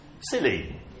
silly